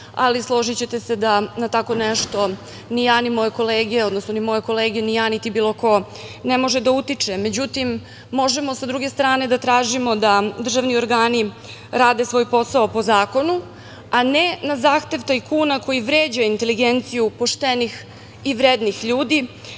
ali složićete se da na tako nešto ni moje kolege ni ja niti bilo ko ne može da utiče. Međutim, možemo sa druge strane da tražimo da državni organi rade svoj posao po zakonu, a ne na zahtev tajkuna koji vređa inteligenciju poštenih i vrednih ljudi